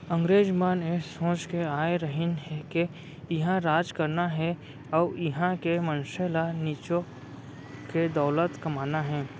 अंगरेज मन ए सोच के आय रहिन के इहॉं राज करना हे अउ इहॉं के मनसे ल निचो के दौलत कमाना हे